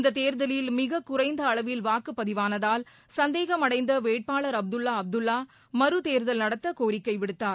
இந்த தேர்தலில் மிக குறைந்த அளவில் வாக்குப்பதிவானதால் சந்தேகம் அடைந்த வேட்பாளர் அப்துல்லா அப்துல்லா மறுதோ்தல் நடத்த கோரிக்கை விடுத்தார்